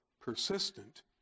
persistent